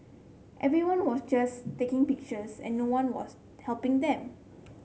everyone was just taking pictures and no one was helping them